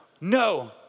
No